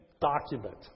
document